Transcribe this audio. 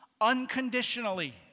unconditionally